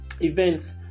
events